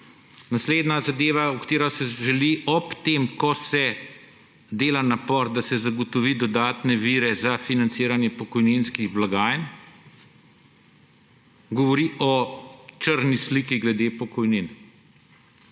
Naslednja zadeva, o kateri se želi ob tem, ko se dela napor, da se zagotovi dodatne vire za financiranje pokojninskih blagajn, govoriti − o črni sliki glede pokojnin.